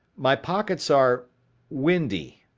my pockets are windy.